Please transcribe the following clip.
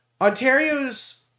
Ontario's